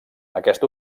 aquest